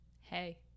Hey